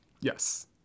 Yes